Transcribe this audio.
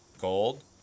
Gold